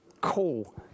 call